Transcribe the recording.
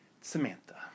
Samantha